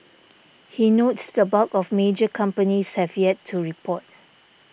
he notes the bulk of major companies have yet to report